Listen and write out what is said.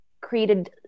created